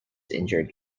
injured